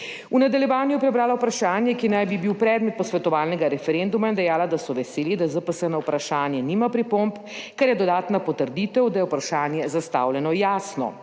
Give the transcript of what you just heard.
V nadaljevanju je prebrala vprašanje, ki naj bi bil predmet posvetovalnega referenduma, in dejala, da so veseli, da ZPS na vprašanje nima pripomb, kar je dodatna potrditev, da je vprašanje zastavljeno jasno.